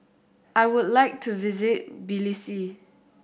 I would like to visit Tbilisi